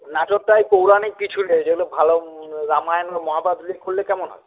নাটকটায় পৌরাণিক কিছু নেই যেগুলো ভালো রামায়ণ মহাভারত কেমন হয়